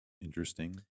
interesting